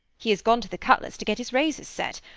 he has gone to the cutler's to get his razors set.